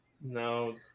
No